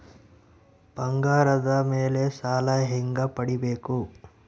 ಬಂಗಾರದ ಮೇಲೆ ಸಾಲ ಹೆಂಗ ಪಡಿಬೇಕು?